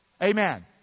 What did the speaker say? Amen